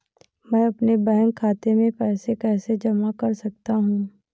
मैं अपने बैंक खाते में पैसे कैसे जमा कर सकता हूँ?